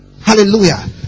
Hallelujah